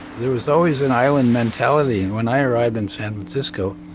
there was always an island mentality. and when i arrived in san francisco